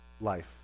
life